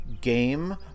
game